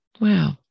Wow